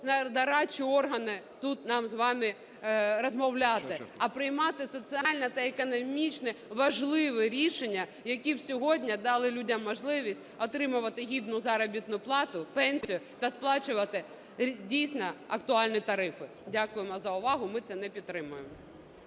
про дорадчі органи тут нам з вами розмовляти, а приймати соціальні та економічні важливі рішення, які б сьогодні дали людям можливість отримувати гідну заробітну плану, пенсію та сплачувати дійсно актуальні тарифи. Дякуємо за увагу. Ми це не підтримуємо.